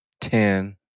Ten